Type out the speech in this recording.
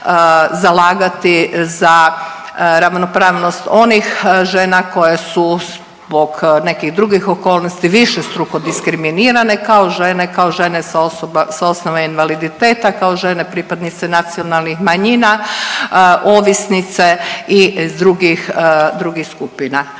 zalagati za ravnopravnost onih žena koje su zbog nekih drugih okolnosti višestruko diskriminirane kao žene, kao žene s osnova invaliditeta, kao žene pripadnice nacionalnih manjina, ovisnice i drugih, drugih